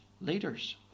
leaders